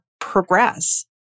progress